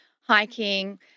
hiking